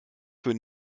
für